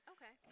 Okay